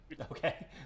Okay